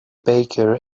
baker